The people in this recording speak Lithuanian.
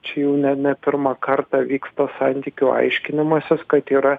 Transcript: čia jau ne nepirmą kartą vyksta santykių aiškinimasis kad yra